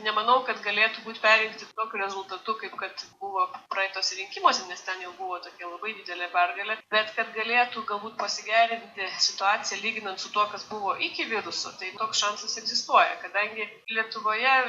nemanau kad galėtų būt perrinkti tokiu rezultatu kaip kad buvo praeituose rinkimuose nes ten jau buvo tokia labai didelė pergalė bet kad galėtų galbūt pasigerinti situaciją lyginant su tuo kas buvo iki viruso tai toks šansas egzistuoja kadangi lietuvoje